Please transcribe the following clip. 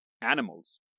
animals